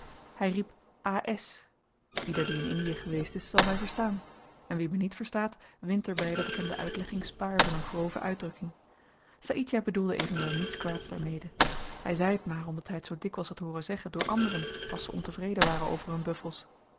hy riep a s ieder die in indie geweest is zal my verstaan en wie me niet verstaat wint er by dat ik hem de uitlegging spaar van een grove uitdrukking saïdjah bedoelde evenwel niets kwaads daarmede hy zei t maar omdat hy t zoo dikwyls had hooren zeggen door anderen als ze ontevreden waren over hun buffels